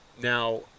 now